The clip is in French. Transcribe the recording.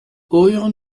aurions